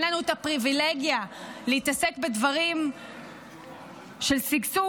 אין לנו את הפריבילגיה להתעסק בדברים של שגשוג,